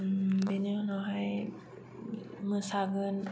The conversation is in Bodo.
बिनि उनावहाय मोसागोन